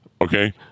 Okay